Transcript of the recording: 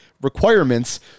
requirements